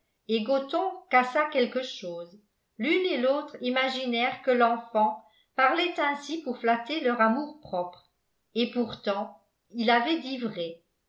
quelque chose l'une et l'autre imaginèrent que l'enfant parlait ainsi pour flatter leur amour-propre et pourtant il avait dit